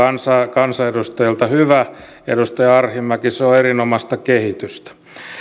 kansanedustajilta hyvä edustaja arhinmäki se on erinomaista kehitystä